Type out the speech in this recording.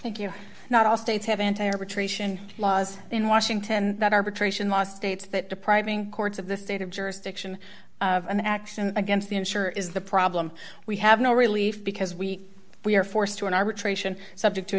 thank you not all states have entire patrician laws in washington that arbitration loss states that depriving courts of the state of jurisdiction of an action against the insurer is the problem we have no relief because we we are forced to an arbitration subject to a